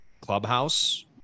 clubhouse